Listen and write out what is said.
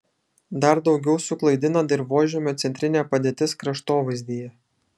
dar daugiau suklaidina dirvožemio centrinė padėtis kraštovaizdyje